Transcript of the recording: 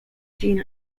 gene